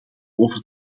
over